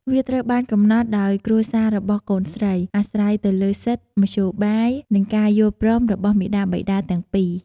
វាត្រូវបានកំណត់ដោយគ្រួសាររបស់កូនស្រី អាស្រ័យទៅលើសិទ្ធិ មធ្យោបាយ និងការយល់ព្រមរបស់មាតាបិតាទាំងពីរ។